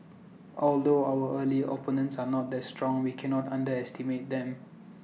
although our early opponents are not that strong we cannot underestimate them